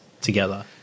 together